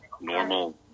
normal